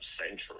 Century